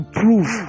prove